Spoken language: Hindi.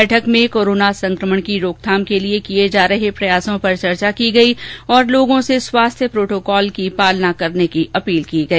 बैठक में कोरोना संकमण की रोकथाम के लिये किये जा रहे प्रयासों पर चर्चा की गई और लोगों से स्वास्थ्य प्रोटोकॉल का पालन करने की अपील की गई